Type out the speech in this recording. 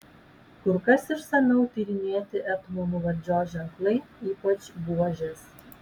kur kas išsamiau tyrinėti etmonų valdžios ženklai ypač buožės